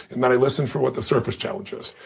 and then i listen for what the surface challenge is.